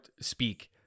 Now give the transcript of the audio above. speak